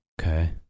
Okay